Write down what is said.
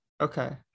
Okay